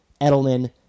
Edelman